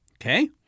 okay